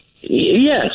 Yes